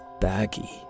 baggy